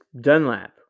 Dunlap